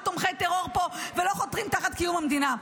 תומכי טרור פה ולא חותרים תחת קיום המדינה.